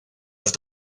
los